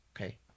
Okay